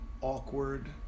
awkward